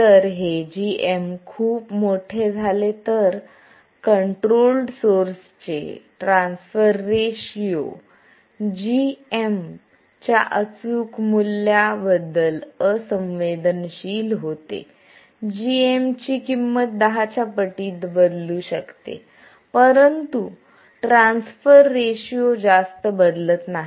जर हे gm खूप मोठे झाले तर कंट्रोल्ड सोर्स चे ट्रान्सफर रेशिओ gm च्या अचूक मूल्याबद्दल असंवेदनशील होते gmची किंमत 10 च्या पटीत बदलू शकते परंतु ट्रान्सफर रेशिओ जास्त बदलत नाही